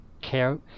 care